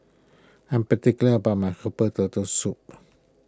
I am particular about my Herbal Turtle Soup